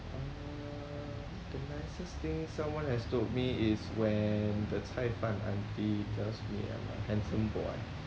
uh the nicest thing someone has told me is when the 菜饭 auntie tells me I'm a handsome boy